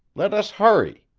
let us hurry!